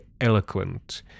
eloquent